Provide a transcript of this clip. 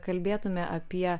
kalbėtume apie